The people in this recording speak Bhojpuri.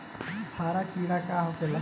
हरा कीड़ा का होखे ला?